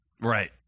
Right